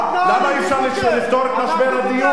למה אי-אפשר לפתור את משבר הדיור?